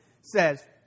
says